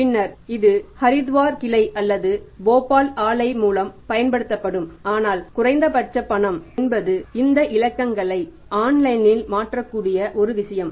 பின்னர் இது ஹரித்வார் ஆலை மூலம் பயன்படுத்தப்படும் ஆனால் குறைந்த பட்சம் பணம் என்பது இந்த இலக்கங்களை ஆன்லைனில் மாற்றக்கூடிய ஒரு விஷயம்